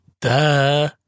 Duh